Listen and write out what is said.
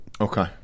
Okay